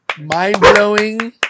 Mind-blowing